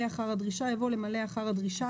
אחר הדרישה" יבוא "למלא אחר הדרישה,